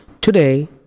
Today